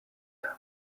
item